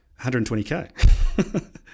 120k